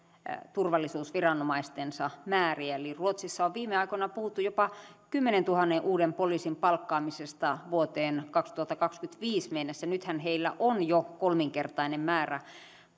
turvallisuusviranomaistensa määriä eli ruotsissa on viime aikoina puhuttu jopa kymmenentuhannen uuden poliisin palkkaamisesta vuoteen kaksituhattakaksikymmentäviisi mennessä nythän heillä on jo kolminkertainen määrä